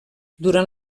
durant